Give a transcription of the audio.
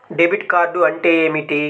Debit card అంటే ఏమిటి?